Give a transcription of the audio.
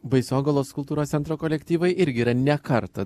baisogalos kultūros centro kolektyvai irgi yra ne kartą